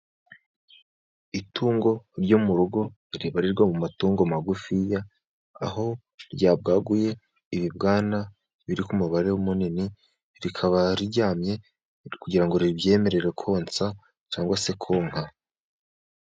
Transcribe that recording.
Itungo ryo mu rugo ribarirwa mu matungo magufi, aho ryabwaguye ibibwana biri ku mubare munini. Rikaba riryamye kugira ngo ribyemerere konsa cyangwa se konka.